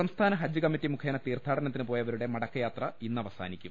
സംസ്ഥാന ഹജ്ജ് കമ്മറ്റി മുഖേന തീർത്ഥാടനത്തിന് പോയ വരുടെ മടക്കയാത്ര ഇന്നവസാനിക്കും